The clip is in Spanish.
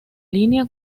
línea